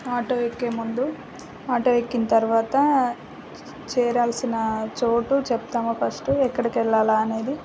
auto ఎక్కే ముందు auto ఎక్కిన తరువాత చేరాల్సిన చోటు చెప్తాము ఫస్ట్ ఎక్కడికి వెళ్ళాలి అనేది